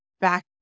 back